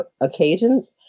occasions